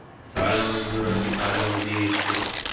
ಸಾಲ ಮಂಜೂರಾತಿ ಕಾಲಾವಧಿ ಎಷ್ಟು?